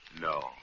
No